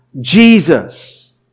Jesus